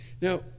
Now